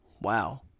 Wow